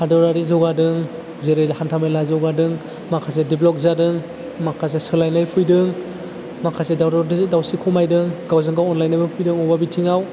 हादरारि जौगादों जेरै हान्था मेला जौगादों माखासे डेब्लप जादों माखासे सोलायनाय फैदों माखासे दावराव दावसि खमायदों गावजों गाव अनलायनायबो फैदों अबा बिथिङाव